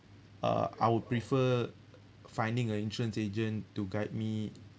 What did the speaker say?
uh I would prefer finding a insurance agent to guide me